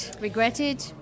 regretted